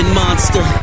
monster